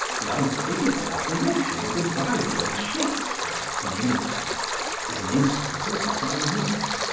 the uncritical admiration of the bible and shakespeare in england is an instance of what i mean.